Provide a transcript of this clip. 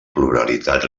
pluralitat